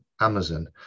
Amazon